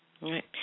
Right